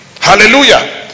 Hallelujah